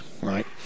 right